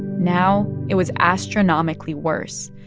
now it was astronomically worse.